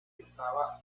estaba